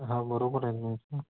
हां बरोबर आहे ना तुमचं